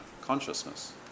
consciousness